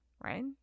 right